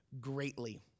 greatly